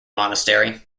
monastery